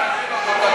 אני יכול להגיב,